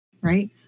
right